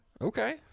okay